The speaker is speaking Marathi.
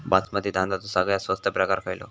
बासमती तांदळाचो सगळ्यात स्वस्त प्रकार खयलो?